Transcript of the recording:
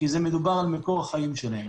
כי מדובר על מקור החיים שלהן.